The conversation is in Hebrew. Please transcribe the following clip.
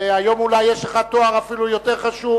ואולי היום יש לך תואר אפילו יותר חשוב